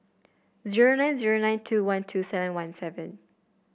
zero nine zero nine two one two seven one seven